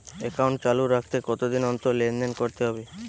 Account চালু রাখতে কতদিন অন্তর লেনদেন করতে হবে?